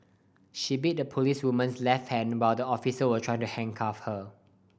she bit the policewoman's left hand while the officer was trying to handcuff her